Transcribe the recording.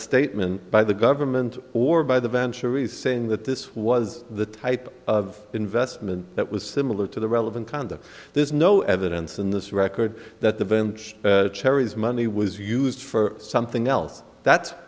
statement by the government or by the venture is saying that this was the type of investment that was similar to the relevant conduct there's no evidence in this record that the bench cherry's money was used for something else that's